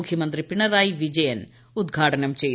മുഖ്യമന്ത്രി പിണറായി വിജയൻ ഉദ്ഘാടനം ചെയ്തു